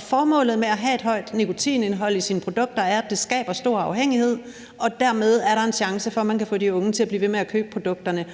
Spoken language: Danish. Formålet med at have et højt nikotinindhold i sine produkter er, at det skaber stor afhængighed, og at der dermed er en chance for, at man kan få de unge til at blive ved med at købe produkterne.